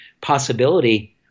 possibility